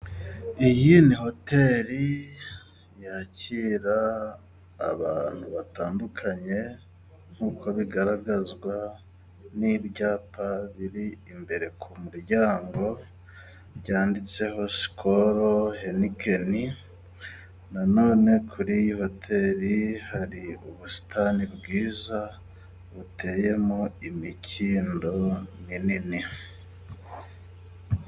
Iyi ni hoteli yakira abantu batandukanye nkuko bigaragazwa n'ibyapa biri imbere ku muryango, byanditseho sikolo, henekeni, na none kuri iyi hoteli, hari ubusitani bwiza buteyemo imikindo minini.